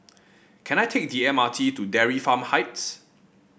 can I take the M R T to Dairy Farm Heights